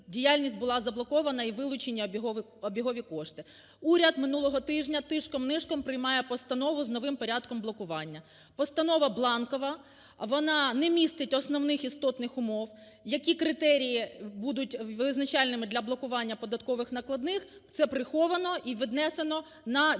діяльність була заблокована і вилучено обігові кошти. Уряд минулого тижня тишком-нишком приймає постанову з новим порядком блокування. Постанова бланкова, вона не містить основних істотних умов, які критерії будуть визначальними для блокування податкових накладних, це приховано і віднесено на відкуп